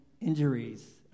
injuries